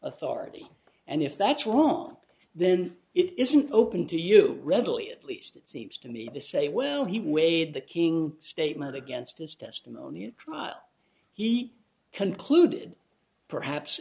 authority and if that's wrong then it isn't open to you readily at least it seems to me to say well he weighed the kyng statement against his testimony at trial he concluded perhaps